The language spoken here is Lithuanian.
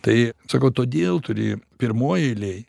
tai sakau todėl turi pirmoj eilėj